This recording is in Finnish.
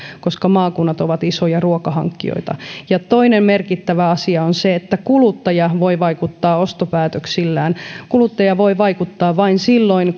koska maakunnat ovat isoja ruokahankkijoita toinen merkittävä asia on se että kuluttaja voi vaikuttaa ostopäätöksillään kuluttaja voi vaikuttaa vain silloin